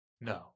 No